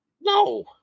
No